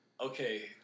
Okay